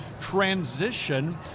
transition